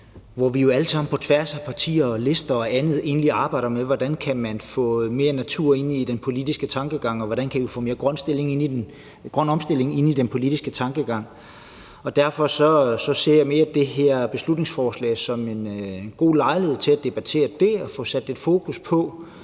at vi alle sammen på tværs af partier, lister og andet arbejder med, hvordan man kan få mere natur med i den politiske tankegang, og hvordan man kan få mere grøn omstilling med i den politiske tankegang. Derfor ser jeg mere det her beslutningsforslag som en god lejlighed til at debattere det og få sat lidt fokus på,